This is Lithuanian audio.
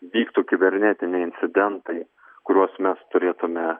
vyktų kibernetiniai incidentai kuriuos mes turėtume